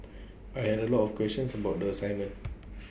I had A lot of questions about the assignment